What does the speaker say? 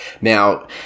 Now